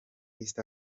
east